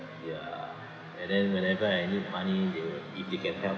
ya and then whenever I need money they will if they can help